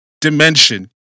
dimension